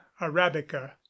arabica